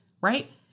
Right